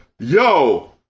Yo